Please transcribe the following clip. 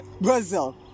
Brazil